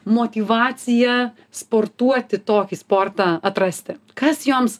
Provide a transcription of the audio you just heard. motyvaciją sportuoti tokį sportą atrasti kas joms